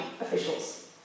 officials